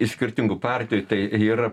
iš skirtingų partijų tai yra